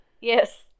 Yes